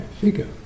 figure